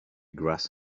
grass